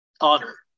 honor